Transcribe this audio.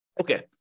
Okay